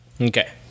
Okay